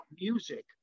music